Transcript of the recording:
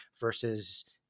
versus